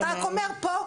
ואתה רק אומר "פה,